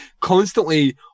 constantly